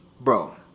bro